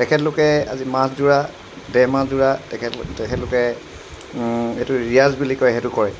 তেখেতলোকে আজি মাহযোৰা ডেৰমাহ যোৰা তেখেত তেখেতলোকে এইটো ৰিয়াজ বুলি কয় সেইটো কৰে